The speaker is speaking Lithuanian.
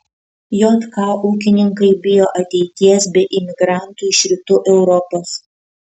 jk ūkininkai bijo ateities be imigrantų iš rytų europos